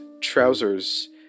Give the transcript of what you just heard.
trousers